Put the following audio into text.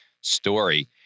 story